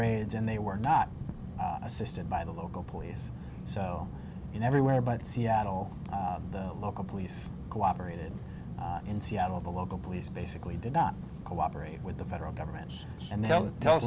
raids and they were not assisted by the local police so in every way but seattle the local police cooperated in seattle the local police basically did not cooperate with the federal government and they'll tell